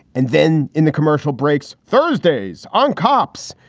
and then in the commercial breaks thursdays on cops,